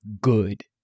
good